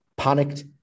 panicked